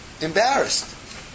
embarrassed